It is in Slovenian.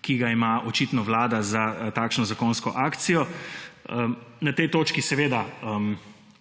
ki ga ima očitno vlada za takšno zakonsko akcijo. Na tej točki